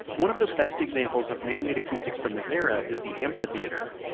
one of the best examples of man-made acoustics from this era is the amphitheater.